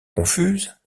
confuses